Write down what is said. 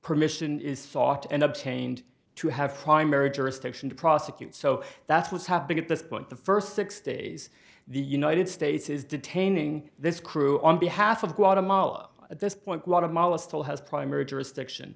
permission is sought and obtained to have primary jurisdiction to prosecute so that's what's happening at this point the first six days the united states is detaining this crew on behalf of guatemala at this point guatemala still has primary jurisdiction